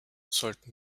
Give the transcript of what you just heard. sollten